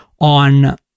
on